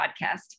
podcast